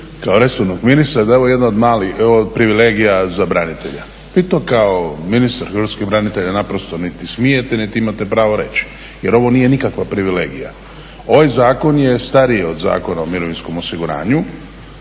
kao resornog ministra da je ovo jedna od privilegija za branitelje. Vi to kao ministar hrvatskih branitelja naprosto niti smijete niti imate pravo reći jer ovo nije nikakva privilegija. Ovaj zakon je stariji od Zakona o mirovinskom osiguranju